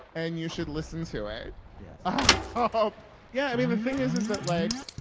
and you should listen to it yes but yeah, i mean, the thing is, is that, like,